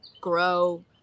grow